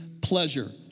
pleasure